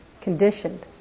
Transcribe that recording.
conditioned